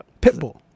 Pitbull